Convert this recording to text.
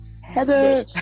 Heather